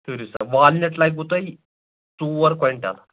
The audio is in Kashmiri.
ٹھٔہرِو سا والنیٚٹ لگوٕ تۄہہِ ژور کۄینٛٹل